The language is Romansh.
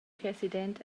president